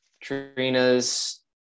Trina's